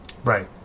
Right